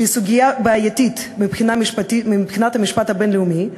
שהיא סוגיה בעייתית מבחינת המשפט הבין-לאומי,